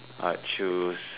I choose